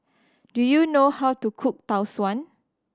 do you know how to cook Tau Suan